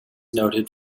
noted